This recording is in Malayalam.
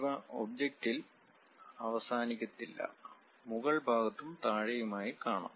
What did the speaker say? ഇവ ഒബ്ജക്റ്റിൽ അവസാനിക്കത്തില്ല മുകൾ ഭാഗത്തും താഴെയുമായി കാണാം